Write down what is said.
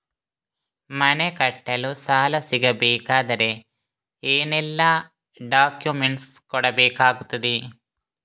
ಮನೆ ಕಟ್ಟಲು ಸಾಲ ಸಿಗಬೇಕಾದರೆ ಏನೆಲ್ಲಾ ಡಾಕ್ಯುಮೆಂಟ್ಸ್ ಕೊಡಬೇಕಾಗುತ್ತದೆ?